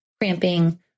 cramping